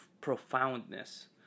profoundness